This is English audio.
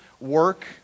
work